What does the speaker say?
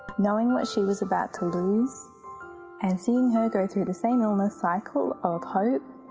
knowing what she was about to lose and seeing her go through the same illness cycle of hope,